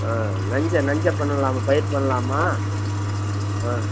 ஆ நஞ்ச நஞ்ச பண்ணலாமா பயிர் பண்ணலாமா ஆ